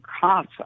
CASA